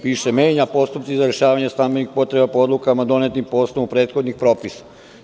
Piše – menja postupci za rešavanje stambenih potreba po odlukama donetim po osnovu prethodnih propisa.